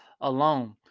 alone